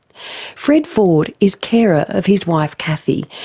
fred ford is carer of his wife cathy,